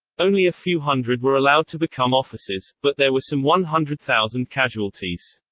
only a few hundred were allowed to become officers, but there were some one hundred thousand casualties.